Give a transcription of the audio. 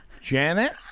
Janet